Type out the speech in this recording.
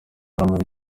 ruhande